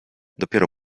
dopiero